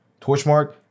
Torchmark